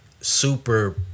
super